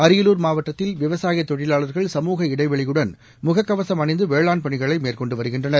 அரியலூர் மாவட்டத்தில் விவசாய தொழிலாளர்கள் சமூக இடைவெளியுடன் முகக்கவசம் அணிந்து வேளாண் பணிகளை மேற்கொண்டு வருகின்றனர்